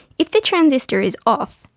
if the transistor is off,